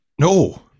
no